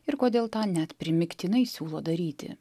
ir kodėl tą net primygtinai siūlo daryti